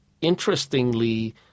interestingly